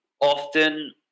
often